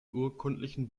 urkundlichen